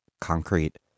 concrete